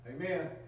Amen